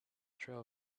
trail